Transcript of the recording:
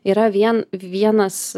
yra vien vienas